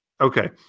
okay